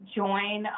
join